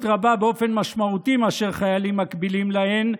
רבה באופן משמעותי מאשר חיילים מקבילים להן,